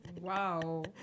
Wow